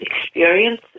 experience